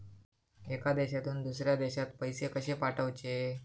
एका देशातून दुसऱ्या देशात पैसे कशे पाठवचे?